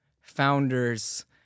founders